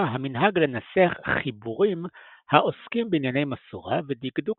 המנהג לנסח חיבורים העוסקים בענייני מסורה ודקדוק